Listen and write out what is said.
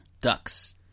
Ducks